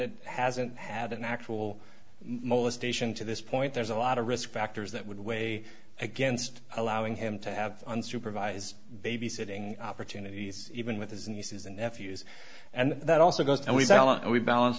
defendant hasn't had an actual molestation to this point there's a lot of risk factors that would weigh against allowing him to have unsupervised babysitting opportunities even with his nieces and nephews and that also goes and we